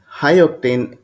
high-octane